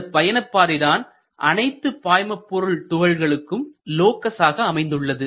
இந்தக் பயணப்பாதை தான் அனைத்து பாய்மபொருள் துகள்களுக்கும் லோக்கஸ் ஆக அமைந்துள்ளது